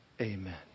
Amen